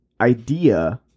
idea